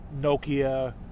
Nokia